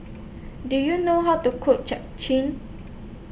Do YOU know How to Cook Japchae